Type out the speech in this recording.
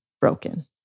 broken